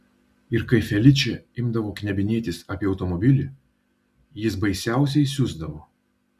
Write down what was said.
ir kai feličė imdavo knebinėtis apie automobilį jis baisiausiai siusdavo